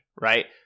right